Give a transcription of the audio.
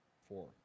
four